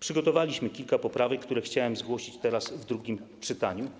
przygotowaliśmy kilka poprawek, które chciałem zgłosić teraz, w drugim czytaniu.